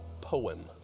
poem